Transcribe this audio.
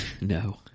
No